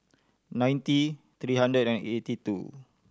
ninety three hundred and eighty two